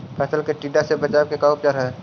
फ़सल के टिड्डा से बचाव के का उपचार है?